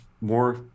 more